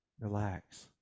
relax